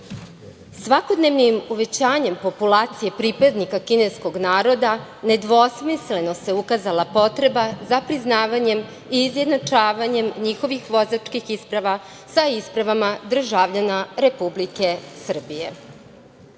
napretka. Svakodnevnim uvećavanjem populacije pripadnika kineskog naroda nedvosmisleno se ukazala potreba za priznavanjem i izjednačavanjem njihovih vozačkih isprava sa ispravama državljana Republike Srbije.